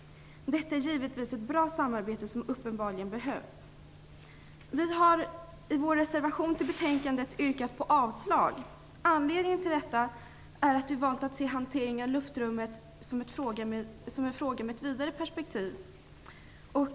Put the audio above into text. Detta är givetvis ett bra samarbete som uppenbarligen behövs. Vi har i vår reservation till betänkandet yrkat avslag. Anledningen till detta är att vi velat se hanteringen av luftrummet som en fråga med ett vidare perspektiv.